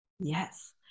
Yes